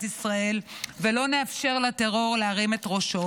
ישראל ולא נאפשר לטרור להרים את ראשו.